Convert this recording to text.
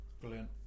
Brilliant